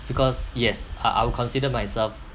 because yes uh I would consider myself